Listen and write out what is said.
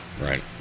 Right